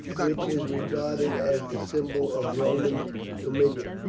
which is regarded as the symbol of roman dominion.